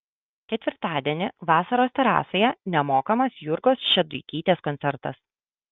ketvirtadienį vasaros terasoje nemokamas jurgos šeduikytės koncertas